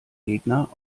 gegner